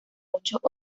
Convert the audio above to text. muchos